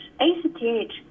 ACTH